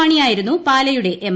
മാണിയായിരുന്നു പാലയുടെ എം